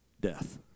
death